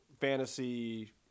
fantasy